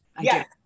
Yes